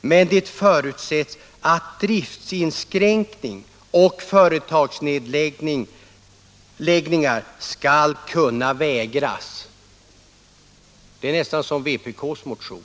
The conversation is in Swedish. men det förutsätts att driftsinskränkningar och företagsnedläggningar skall kunna vägras. Det är nästan som vpk:s motion.